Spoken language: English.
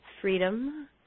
freedom